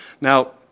Now